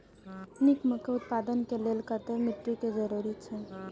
निक मकई उत्पादन के लेल केहेन मिट्टी के जरूरी छे?